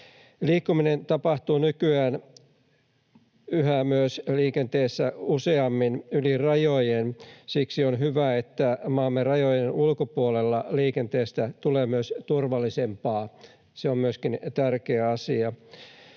Liikkuminen tapahtuu nykyään liikenteessä yhä useammin myös yli rajojen. Siksi on hyvä, että myös maamme rajojen ulkopuolella liikenteestä tulee turvallisempaa. Myöskin se on tärkeä asia.